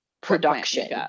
production